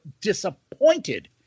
Disappointed